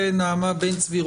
ועו"ד נעמה בן צבי,